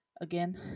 again